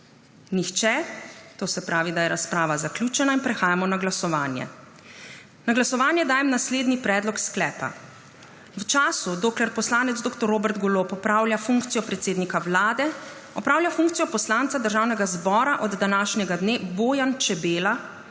Nihče. To se pravi, da je razprava zaključena in prehajamo na glasovanje. Na glasovanje dajem naslednji predlog sklepa: V času, dokler poslanec dr. Robert Golob opravlja funkcijo predsednika Vlade, opravlja funkcijo poslanca Državnega zbora od današnjega dne Bojan Čebela,